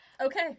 Okay